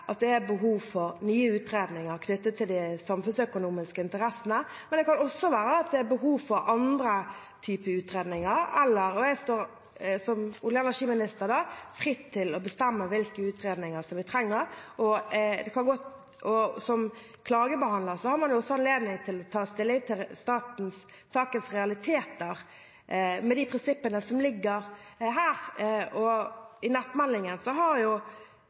at det er behov for nye utredninger knyttet til de samfunnsøkonomiske interessene, men det kan også være at det er behov for andre typer utredninger, og jeg står da, som olje- og energiminister, fritt til å bestemme hvilke utredninger vi trenger. Som klagebehandler har man jo også anledning til å ta stilling til sakens realiteter, med de prinsippene som ligger her, og i nettmeldingen har